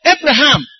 Abraham